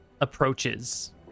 approaches